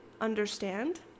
understand